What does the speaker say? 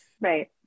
Right